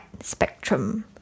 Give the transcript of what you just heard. spectrum